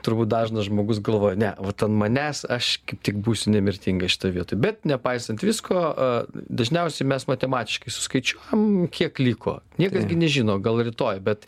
turbūt dažnas žmogus galvojo ne vat ant manęs aš kaip tik būsiu nemirtinga šitoj vietoj bet nepaisant visko a dažniausiai mes matematiškai suskaičiuojam kiek liko niekas nežino gal rytoj bet